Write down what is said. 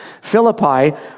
Philippi